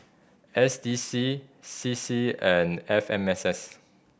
S D C C C and F M S S